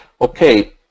okay